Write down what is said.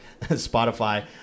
Spotify